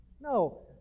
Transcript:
No